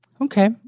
Okay